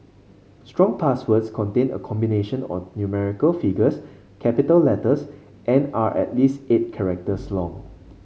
strong passwords contain a combination or numerical figures capital letters and are at least eight characters long